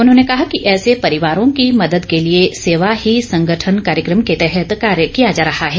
उन्होंने कहा कि ऐसे परिवारों की मदद के लिए सेवा ही संगठन कार्यक्रम के तहत कार्य किया जा रहा है